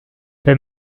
pet